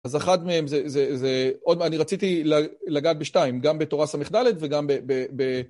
אז אחת מהם זה... אני רציתי לגעת בשתיים, גם בתורה ס"ד וגם ב...